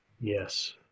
Yes